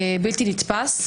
בלתי נתפס.